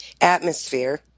atmosphere